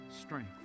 strength